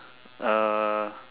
uh